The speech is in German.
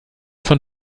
von